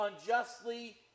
unjustly